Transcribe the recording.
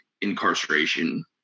incarceration